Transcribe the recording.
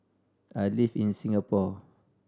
I live in Singapore